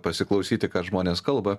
pasiklausyti ką žmonės kalba